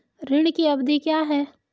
ऋण की अवधि क्या है?